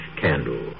candle